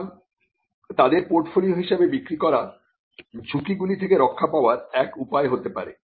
সুতরাং তাদের পোর্টফলিও হিসাবে বিক্রি করা ঝুঁকিগুলি থেকে রক্ষা পাবার এক উপায় হতে পারে